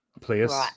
place